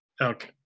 okay